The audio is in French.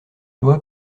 loi